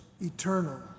eternal